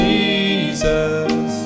Jesus